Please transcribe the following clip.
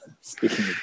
Speaking